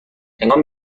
هنگامی